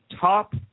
top